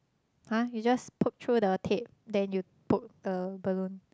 !huh! you just poke through the tape then you poke the balloon